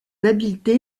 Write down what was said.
habileté